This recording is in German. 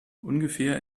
ungefähr